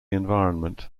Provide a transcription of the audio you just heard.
environment